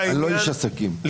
אני לא איש עסקים, אני רוצה להבין.